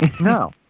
No